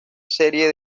serie